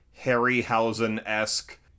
Harryhausen-esque